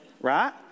Right